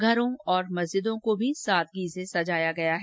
घरों और मस्जिदों को भी सादगी से सजाया गया है